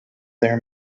their